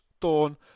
dawn